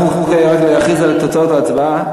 אנחנו עוברים להכריז על תוצאות ההצבעה,